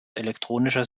elektronischer